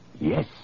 yes